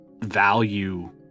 value